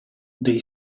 they